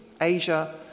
Asia